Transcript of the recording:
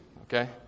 okay